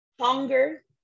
hunger